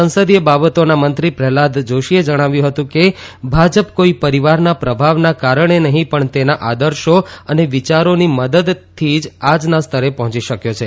સંસદિય બાબતોના મંત્રી પ્રહલાદ જાશીએ જણાવ્યું હતું કે ભાજપ કોઇ પરિવારના પ્રભાવના કારણે નહીં પણ તેના આદર્શો અને વિચારોની મદદથી જ આજના સ્તરે પહોંચી શક્યો છે